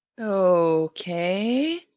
Okay